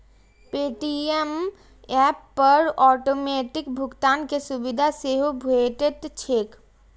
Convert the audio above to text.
Paytm app पर automatic भुगतान के सुविधा सेहो भेटैत छैक